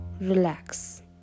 relax